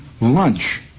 lunch